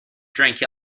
drink